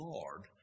Lord